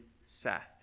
Seth